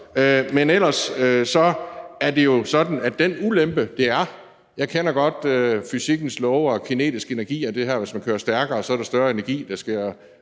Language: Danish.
Men ellers er det jo sådan, at den ulempe, det er – jeg kender godt fysikkens love og kinetisk energi og det her med, at hvis man kører stærkere, så er der større energi, og der sker